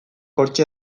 hortxe